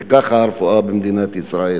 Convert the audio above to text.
וככה הרפואה במדינת ישראל.